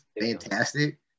Fantastic